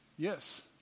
Yes